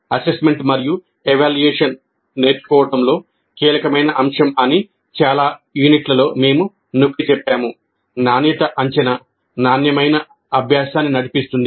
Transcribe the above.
assessment మరియు evaluation నేర్చుకోవడంలో కీలకమైన అంశం అని చాలా యూనిట్లలో మేము నొక్కిచెప్పాము నాణ్యత అంచనా నాణ్యమైన అభ్యాసాన్ని నడిపిస్తుంది